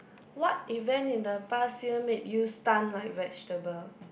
what event in the past year made you stun like vegetable